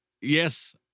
yes